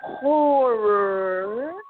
horror